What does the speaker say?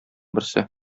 берсе